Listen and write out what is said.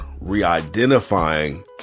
re-identifying